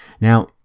now